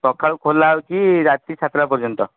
ସକାଳୁ ଖୋଲା ହେଉଛି ରାତି ସାତଟା ପର୍ଯ୍ୟନ୍ତ